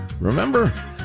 Remember